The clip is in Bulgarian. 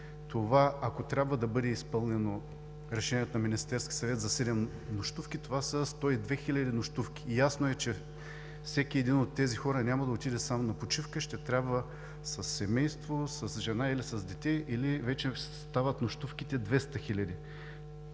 Това, ако трябва да бъде изпълнено решението на Министерския съвет за седем нощувки, са 102 хил. нощувки. Ясно е, че всеки един от тези хора няма да отиде сам на почивка, ще трябва със семейство, с жена или с дете, или вече стават нощувките 200